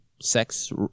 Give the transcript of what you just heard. sex